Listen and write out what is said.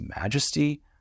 majesty